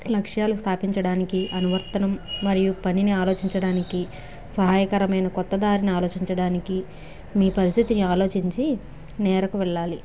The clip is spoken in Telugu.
లక్ష్యాలు స్థాపించడానికి అనువర్తనం మరియు పనిని ఆలోచించడానికి సాయకరమైన కొత్త దారిని ఆలోచించడానికి మీ పరిస్థితిని ఆలోచించి నేరక వెళ్ళాలి